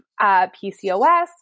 PCOS